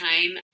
time